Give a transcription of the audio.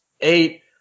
eight